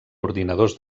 ordinadors